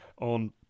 on